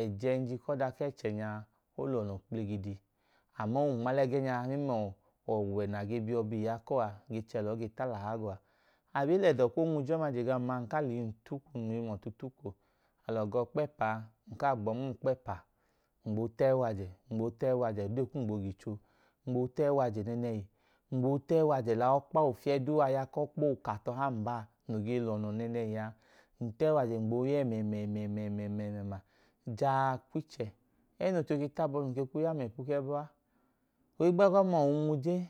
Ẹjẹẹnji ku ọda ku ẹchẹ nya, o lọnọ kpligidi. Aman o nma lẹ ẹgẹẹnya mẹmla ọwẹ nẹ a ge le ya akuwọ a, anu ge chẹ lẹ ọọ talaha gawọ a. alọ ga ọkpa ẹpa a, ng kaa gbọọ nma ọkpa ẹpa, a ng gboo tẹyi wajẹ, ng gboo tẹyi wajẹ, ode kum gboo ga icho. Ng gboo tẹyi wajẹ nẹẹnẹhi, ng gboo tẹyi wajẹ ofiyẹ duu aya ku ọkpan baa a, bẹẹka okatọha noo lọnọ nẹẹnẹhi a. Ng tẹyiwajẹ, ng gboo yọọ ẹmẹmẹmẹẹma kwu ichẹ, ẹẹ nẹ oocho ke tabọ num ke kwu ya mẹ ipu ẹbọ a. Ohigbu ẹgọma, oonwuje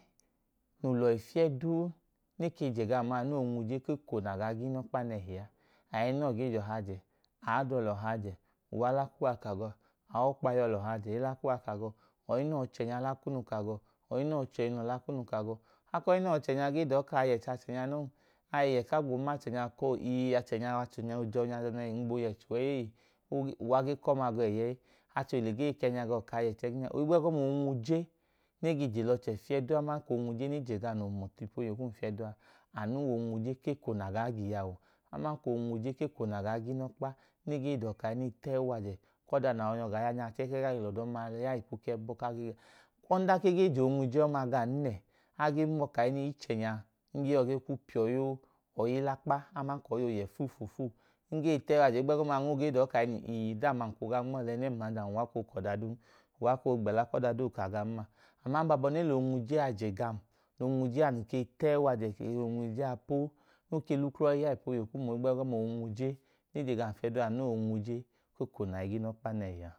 noo lọhi fiyẹ duu, nẹ e ke je oklọchẹ kunu lẹ um a, anu wẹ onwuje ku eko nẹ a gaa ga inọkpa nẹhi a. Aẹnẹ uwọ lẹ uwọ hajẹ, aada uwọ lẹ uwọ hajẹ e lẹ ẹkuwa ka ga ọọ, aọkpa awọ lẹ uwọ hajẹ, e lẹ ẹkuwa ka gawọ. Ọyinẹ uwọ ọchẹnya lẹ akunu ka gawọ, ọyinẹ uwọ ọchẹnyilọ lẹ akunu ka gawọ. Ẹku ọyinẹ uwọ ọchẹnya gee dọọ ka, a yẹ che achẹnya noo. A yẹ ku a gboo yẹ che achẹnya ka achẹnya jẹ ọnya nẹẹnẹhi ku a gboo yẹche uwa eyeeyen. Uwa gee ka ọma gawọ ẹyẹẹyi. Achẹ ohile gee ka ẹẹnya gawọ. Ohigbu ẹgọma, oonwuje ne ge je lẹ ọchẹ fiyẹ duu a, aman ka oonwuje ne je gam noo hum ọtu fiyẹ duu a wẹ oonwuje ku eko nẹ a gaa ga iyawu, aman ka oonwuje ku eko nẹ a gaa ga inọkpa, nẹ e ge duwọ ka a tẹyi wajẹ ku ọda nẹ a gaa nyọ gaa ya a, kaa lẹ ọdọma ya ipu ku ẹbọ. Ọdanka e ge je onwuje nya gawọn nẹ, a ge mọọ ka ichẹ nya, a ge kwu piya ọyi ilakpa aman ka ọyi ooyẹ fuufuufuu. Ohigbu ẹgọma ng ge dọọ ka ng gaa nma ọlẹ a, ẹnẹm mla adam, uwa koo gbẹla ku ọda duu ooka gam n ma. Aman e lẹ oonwuje a je gam. Ng ke tẹyi wajẹ ẹ oonwuje a je, o ke lẹ uklọ ya gam ipu oyeyi kum. Ohigbu ẹgọma oonwuje nẹ e je gam fiyẹ duu a, anu wẹ oonwuje ku eko nẹ a i ga inọkpa nẹhi a.